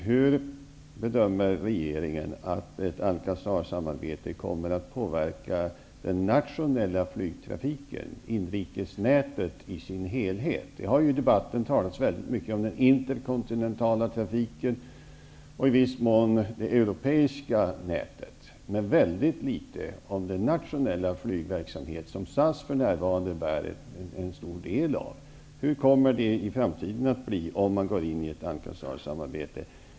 Hur bedömer regeringen att Alcazarsamarbetet kommer att påverka den nationella flygtrafiken, dvs. inrikesnätet i sin helhet? Det har i debatten talats mycket om den interkontinentala trafiken och i viss mån det europeiska nätet men väldigt litet om den nationella flygverksamhet som SAS för närvarande bär en stor del av. Hur kommer det att bli i framtiden om det blir ett Alcazarsamarbete?